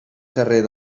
carrer